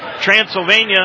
Transylvania